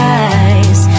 eyes